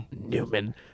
Newman